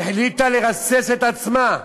היא החליטה לרסק את עצמה.